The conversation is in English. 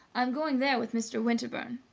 i'm going there with mr. winterbourne.